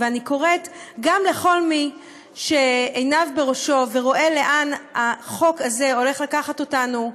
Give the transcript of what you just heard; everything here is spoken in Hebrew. ואני קוראת גם לכל מי שעיניו בראשו ורואה לאן החוק הזה הולך לקחת אותנו,